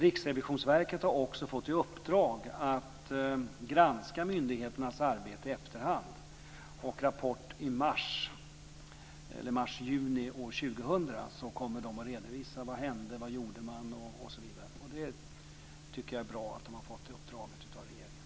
Riksrevisionsverket har också fått i uppdrag att granska myndigheternas arbete i efterhand, och i rapport mars-juni år 2000 kommer man att redovisa vad som hände, vad man gjorde osv. Jag tycker att det är bra att de har fått det uppdraget av regeringen.